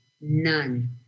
None